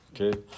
Okay